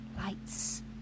lights